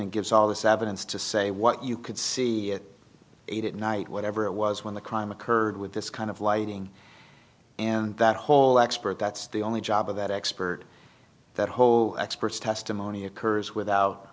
and gives all this evidence to say what you could see it at night whatever it was when the crime occurred with this kind of lighting and that whole expert that's the only job of that expert that whole experts testimony occurs without